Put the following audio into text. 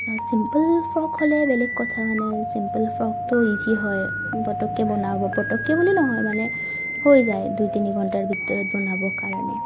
simple frock হ'লে বেলেগ কথা মানে চিম্পুল ফ্ৰকটো ইজি হয় পটককৈ বনাব পটককৈ বুলি নহয় মানে হৈ যায় দুই তিনি ঘণ্টাৰ ভিতৰত বনাবৰ কাৰণে